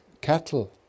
cattle